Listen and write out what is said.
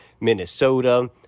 minnesota